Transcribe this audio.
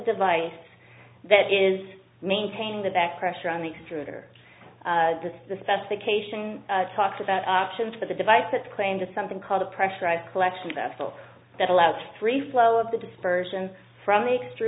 device that is maintaining the back pressure on the extruder the specification talks about options for the device that's claimed to something called a pressurized collection vessel that allows free flow of the dispersion from the extr